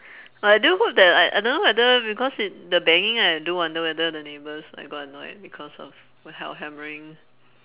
but I do hope that I I don't know whether because it the banging I do wonder whether the neighbours like got annoyed because of we~ our hammering